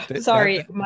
sorry